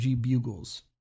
Bugles